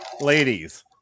Ladies